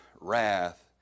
wrath